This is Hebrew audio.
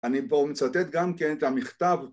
‫אני פה מצטט גם כן את המכתב.